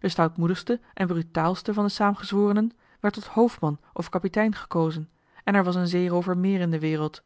de stoutmoedigste en brutaalste van de saamgezworenen werd tot hoofdman of kapitein gekozen en er was een zeeroover meer in de wereld